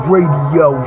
Radio